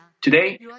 today